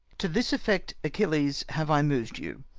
to this effect, achilles, have i mov'd you.